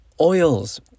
oils